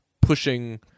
pushing